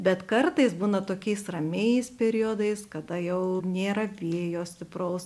bet kartais būna tokiais ramiais periodais kada jau nėra vėjo stipraus